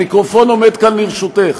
המיקרופון עומד כאן לרשותך.